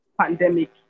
Pandemic